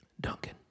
Duncan